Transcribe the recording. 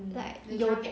like you